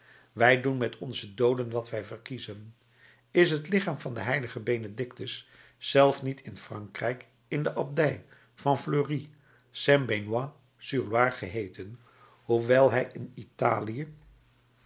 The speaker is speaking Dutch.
wij doen met onze dooden wat wij verkiezen is het lichaam van den h benedictus zelf niet in frankrijk in de abdij van fleury saint benoît sur loire geheeten hoewel hij in italië